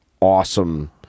awesome